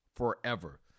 forever